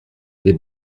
des